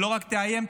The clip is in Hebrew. ולא רק תאיים,